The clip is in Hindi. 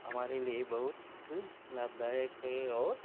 हमारे लिए बहुत लाभदायक है और